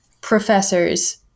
professors